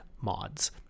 mods